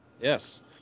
Yes